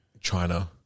China